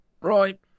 Right